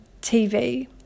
tv